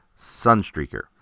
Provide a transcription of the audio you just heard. sunstreaker